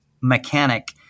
mechanic